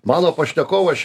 mano pašnekovaš